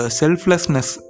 selflessness